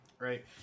right